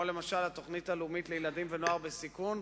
כמו למשל התוכנית הלאומית לילדים ונוער בסיכון,